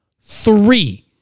three